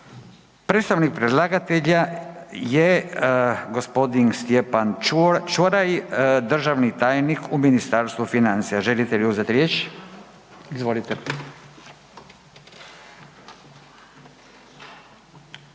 Predstavnik predlagatelja je gospodin Stjepan Čuraj državni tajnik u Ministarstvu financija. Želi li uzeti riječ? Izvolite.